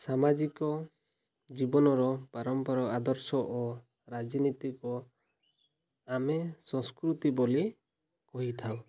ସାମାଜିକ ଜୀବନର ପରମ୍ପରା ଆଦର୍ଶ ଓ ରାଜନୀତିକ ଆମେ ସଂସ୍କୃତି ବୋଲି କହିଥାଉ